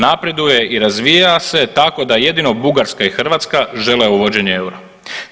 Napreduje i razvija se tako da jedino Bugarska i Hrvatska žele uvođenje EUR-a.